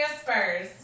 Spurs